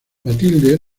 matilde